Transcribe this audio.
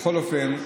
בכל אופן,